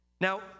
Now